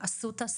אסותא,